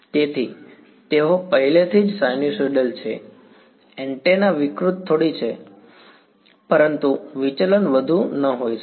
તેથી તેઓ પહેલેથી જ સાઈન્યુસૉઈડ્લ છે એન્ટેના વિકૃત થોડી છે પરંતુ વિચલન વધુ ન હોઈ શકે